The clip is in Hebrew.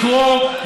לקרוא,